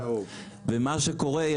מה שקורה,